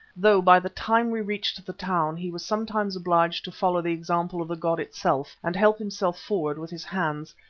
though by the time we reached the town he was sometimes obliged to follow the example of the god itself and help himself forward with his hands,